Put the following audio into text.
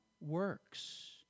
works